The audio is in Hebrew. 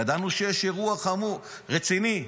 ידענו שיש אירוע חמור, רציני,